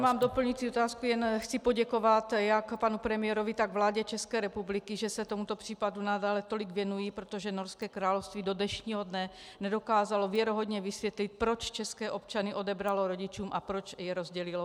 Nemám doplňující otázku, jen chci poděkovat jak panu premiérovi, tak vládě České republiky, že se tomuto případu nadále tolik věnují, protože Norské království do dnešního dne nedokázalo věrohodně vysvětlit, proč české občany odebralo rodičům a proč je rozdělilo.